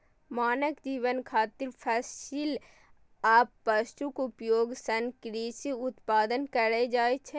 मानव जीवन खातिर फसिल आ पशुक उपयोग सं कृषि उत्पादन कैल जाइ छै